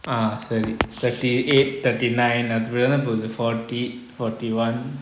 ah சேரி:seri thirty eight thirty nine அப்பிடி தான பொது:apidi thaana pothu forty forty one